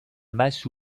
masse